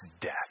death